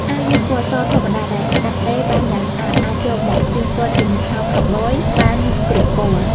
អាវយឺតពណ៌សធម្មតាដែលកាត់ដេរបានយ៉ាងស្អាតអាចយកមកផ្ទៀងផ្ទាត់ជាមួយខោខូវប៊យបានគ្រប់ពណ៌។